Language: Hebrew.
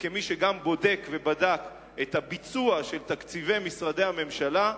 וכמי שגם בודק ובדק את הביצוע של תקציבי משרדי הממשלה,